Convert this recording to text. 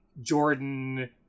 Jordan